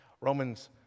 Romans